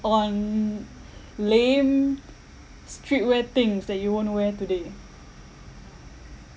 on lame streetwear things that you won't wear today